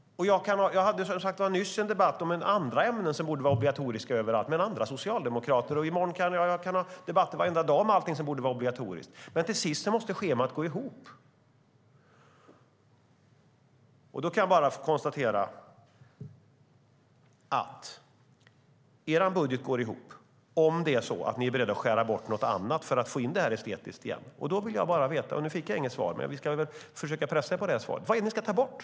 Jag hade nyss en debatt med andra socialdemokrater om ytterligare ämnen som borde vara obligatoriska. Jag kan ha debatter varenda dag om allt som borde vara obligatoriskt. Men till sist måste schemat gå ihop. Jag konstaterar att er budget går ihop om ni är beredda att skära bort något annat för att få in de estetiska ämnena igen. Jag fick inget svar, men vi ska försöka pressa er på svaret: Vad är det ni ska ta bort?